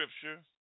scripture